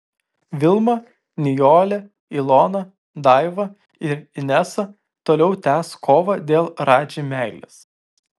vilma nijolė ilona daiva ir inesa toliau tęs kovą dėl radži meilės